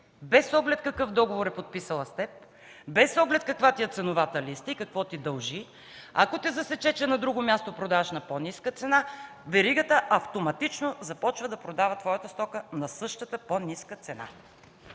Без оглед какъв договор е подписала с теб, без оглед каква ти е ценовата листа и какво ти дължи, ако те засече, че на друго място продаваш на по-ниска цена, веригата автоматично започва да продава своята стока на същата, по-ниска цена.